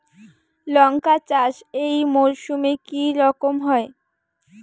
লঙ্কা চাষ এই মরসুমে কি রকম হয়?